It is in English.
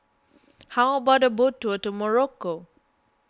how about a boat tour to Morocco